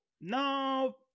No